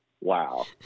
Wow